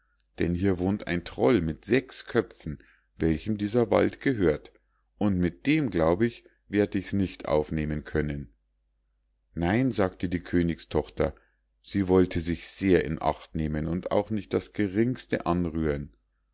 denn hier wohnt ein troll mit sechs köpfen welchem dieser wald gehört und mit dem glaub ich werd ich's nicht aufnehmen können nein sagte die königstochter sie wollte sich sehr in acht nehmen und auch nicht das geringste anrühren